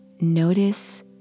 Notice